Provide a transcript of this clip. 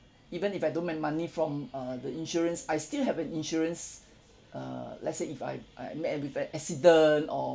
even if I don't make money from uh the insurance I still have an insurance uh let's say if I I met with an accident or